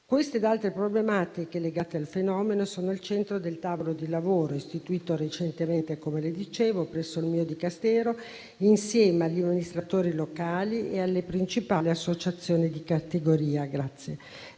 Queste ed altre problematiche legate al fenomeno sono al centro del tavolo di lavoro istituito recentemente presso il mio Dicastero insieme agli amministratori locali e alle principali associazioni di categoria per